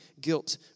guilt